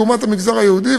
לעומת המגזר היהודי,